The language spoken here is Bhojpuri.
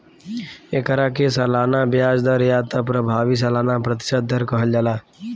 एकरा के सालाना ब्याज दर या त प्रभावी सालाना प्रतिशत दर कहल जाला